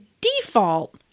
default